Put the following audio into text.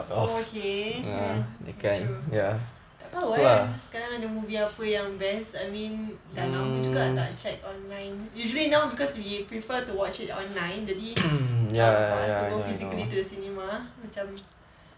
okay true tak tahu eh sekarang ada movie apa yang best I mean dah lama juga tak check online usually now because we prefer to watch it online jadi um for us to go physically to the cinema macam